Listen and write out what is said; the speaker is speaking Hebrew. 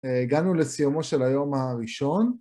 הגענו לסיומו של היום הראשון.